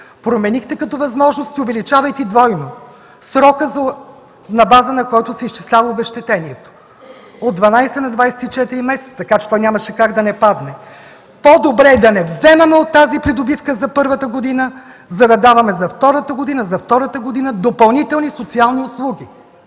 променихте като възможност, увеличавайки двойно срока, на база на който се изчислява обезщетението – от 12, на 24 месеца, така че нямаше как да не падне. „По-добре да не вземаме от тази придобивка за първата година, за да даваме за втората година допълнителни социални услуги”.